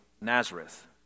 Nazareth